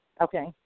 Okay